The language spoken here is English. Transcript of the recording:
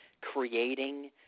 creating